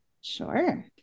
Sure